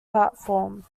platform